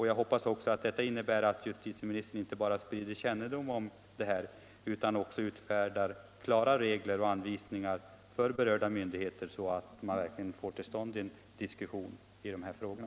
Jag hoppas att detta innebär att justitieministern inte bara sprider kännedom om de här frågorna utan också utfärdar klara regler och anvisningar för berörda myndigheter så att diskussioner verkligen kommer till stånd.